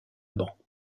ban